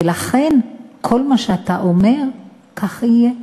ולכן, כל מה שאתה אומר, כך יהיה: